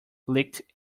leaked